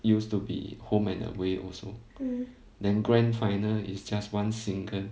used to be home and away also then grand final is just one single